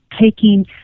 taking